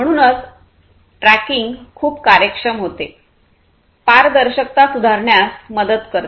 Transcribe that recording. म्हणूनच ट्रॅकिंग खूप कार्यक्षम होते पारदर्शकता सुधारण्यास मदत करते